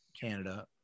Canada